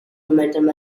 momentum